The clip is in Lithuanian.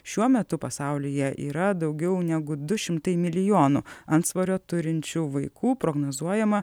šiuo metu pasaulyje yra daugiau negu du šimtai milijonų antsvorio turinčių vaikų prognozuojama